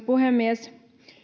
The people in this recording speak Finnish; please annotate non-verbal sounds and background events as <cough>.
<unintelligible> puhemies